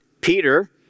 Peter